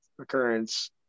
occurrence